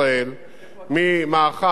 תהיה עוד כניסה לעיר רהט,